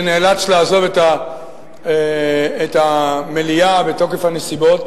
שנאלץ לעזוב את המליאה בתוקף הנסיבות,